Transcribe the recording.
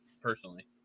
personally